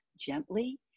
gently